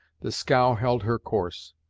the scow held her course,